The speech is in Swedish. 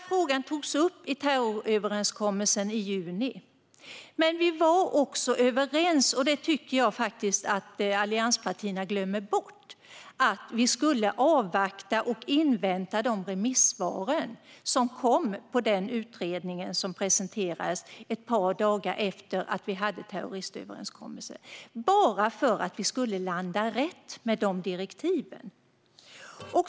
Frågan togs upp i överenskommelsen som slöts i juni om terroråtgärder, men vi var också överens - och det tycker jag att allianspartierna glömmer bort - att vi skulle avvakta och invänta remissvaren som skulle komma på den utredning som skulle presenteras ett par dagar efter överenskommelsen. Det handlade om att landa rätt i direktiven.